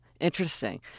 Interesting